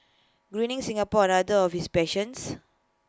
Greening Singapore are another of his passions